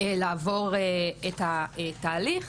לעבור את התהליך.